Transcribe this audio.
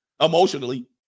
emotionally